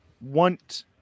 want